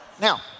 Now